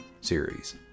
series